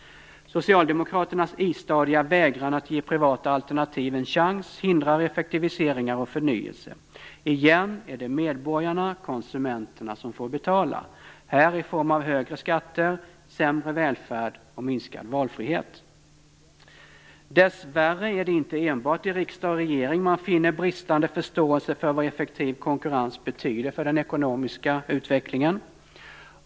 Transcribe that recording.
Socialdemokraternas istadiga vägran att ge privata alternativ en chans hindrar effektiviseringar och förnyelse. Åter är det medborgarna, konsumenterna, som får betala - här i form av högre skatter, sämre välfärd och minskad valfrihet. Dessvärre är det inte enbart i riksdag och regering man finner bristande förståelse för vad effektiv konkurrens betyder för den ekonomiska utvecklingen.